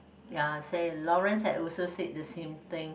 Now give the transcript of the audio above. ya say Lawrence had also said the same thing